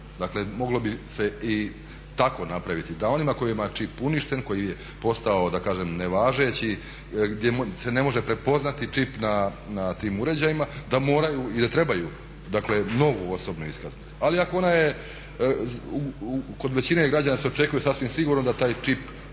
dakle moglo bi se tako napraviti, da onima kojima je čip uništen, kojima je postao da kažem nevažeći gdje se ne može prepoznati čip na tim uređajima da moraju i da trebaju dakle novu osobnu iskaznicu. Ali ako ona je kod većine građana se očekuje sasvim sigurno da taj čip